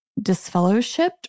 disfellowshipped